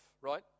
right